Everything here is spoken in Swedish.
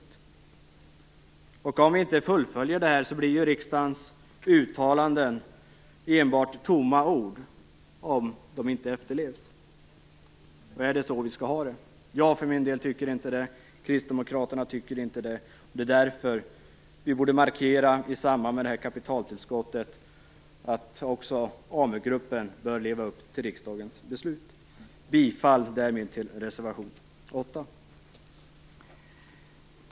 Om vi inte fullföljer det här, om riksdagens uttalanden inte efterlevs, blir det enbart tomma ord. Är det så vi skall ha det? Jag för min del tycker inte det. Kristdemokraterna tycker inte det. Vi borde därför i samband med det här kapitaltillskottet markera att också Amu-gruppen bör leva upp till riksdagens beslut. Jag yrkar därmed bifall till reservation 8.